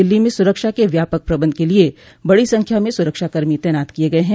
दिल्ली में सुरक्षा के व्यापक प्रबंध के लिए बड़ी संख्या में सुरक्षाकर्मी तैनात किए गए हैं